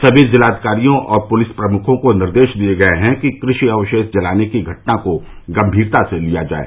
सभी जिलाधिकारियों और पुलिस प्रमुखों को निर्देश दिये गये हैं कि कृषि अवशेष जलाने की घटना को गंभीरता से लिया जाये